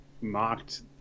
mocked